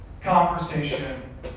conversation